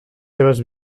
seves